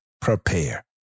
prepare